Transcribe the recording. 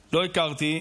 הכרתי.